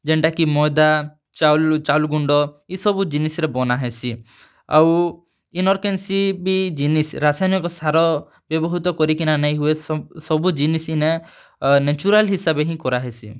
ଯେନ୍ଟା କି ମଇଦା ଚାଉଲ୍ ରୁ ଚାଉଲ୍ ଗୁଣ୍ଡ ଇ ସବୁ ଜିନିଷ୍ ରେ ବନାହେସି ଆଉ ଇନର୍ କେନ୍ସି ବି ଜିନିଷ୍ ରାସାୟନିକ ସାର ବ୍ୟବହୃତ କରିକିନା ନାଇ ହୁଏ ସବୁ ଜିନିଷ୍ ଇନେ ନେଚୁରାଲ୍ ହିସାବେ ହିଁ କରାହେସି